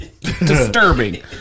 disturbing